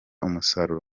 umusaruro